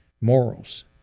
morals